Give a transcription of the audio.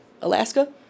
Alaska